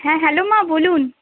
হ্যাঁ হ্যালো মা বলুন